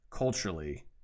Culturally